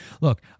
look